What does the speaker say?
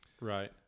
Right